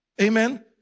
Amen